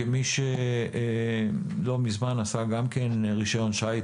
כמי שלא מזמן גם עשה רישיון שיט,